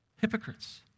hypocrites